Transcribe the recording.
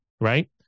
right